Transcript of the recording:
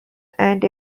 and